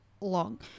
long